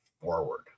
forward